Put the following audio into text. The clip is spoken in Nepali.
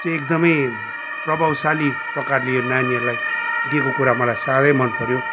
चाहिँ एकदमै प्रभावशाली प्रकारले यो नानीहरूलाई दिएको कुरा मलाई साह्रै मनपर्यो